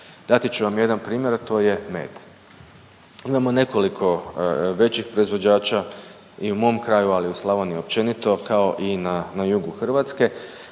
Dati ću vam jedan primjer, a to je med. Imamo nekoliko većih proizvođača i u mom kraju, ali i u Slavoniji općenito kao i na jugu Hrvatske.